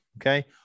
okay